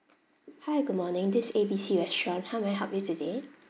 hi good morning this is A B C restaurant how may I help you today